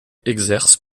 exercent